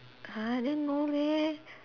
uh then no leh